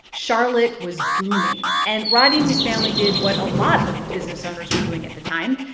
charlotte was booming, and roddey and his family did what a lot of business owners were doing at the time.